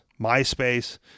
MySpace